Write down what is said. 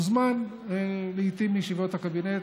מוזמן לעיתים לישיבות הקבינט,